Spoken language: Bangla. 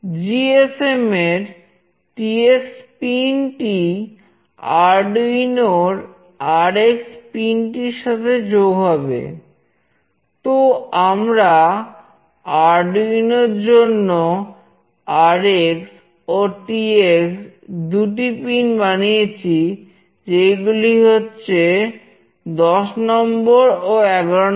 জিএসএম